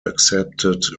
accepted